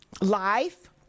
life